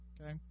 Okay